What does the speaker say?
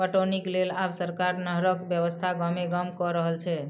पटौनीक लेल आब सरकार नहरक व्यवस्था गामे गाम क रहल छै